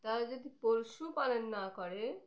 তারা যদি পশুপালন না করে